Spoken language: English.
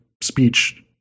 speech